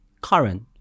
current